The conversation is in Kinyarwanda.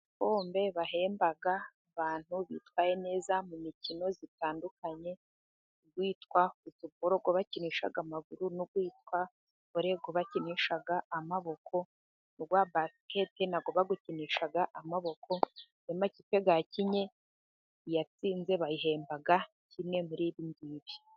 Ibikombe bahemba abantu bitwaye neza mu mikino itandukanye, uwitwa futuboro wo bakinisha amaguru, n'uwitwa vole wo bakinisha amaboko, n'uwa basiketi nawo bawukinisha amaboko, iyo amakipe yakinnye iyatsinze bayihemba kimwe muri ibingibi.